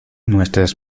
nuestras